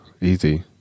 easy